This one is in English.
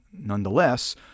Nonetheless